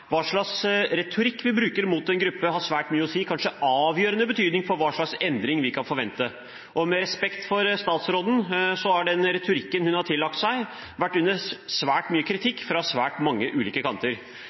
Hva slags retorikk vi bruker mot en gruppe, har svært mye å si – kanskje har det avgjørende betydning for hva slags endring vi kan forvente. Med respekt for statsråden har den retorikken hun har tillagt seg, vært under sterk kritikk fra svært